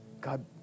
God